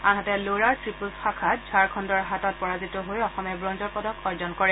আনহাতে লৰাৰ ত্ৰিপলছ শাখাত ঝাৰখণ্ডৰ হাতত পাৰজিত হৈ অসমে ৱঞ্জৰ পদক অৰ্জন কৰিছে